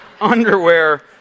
underwear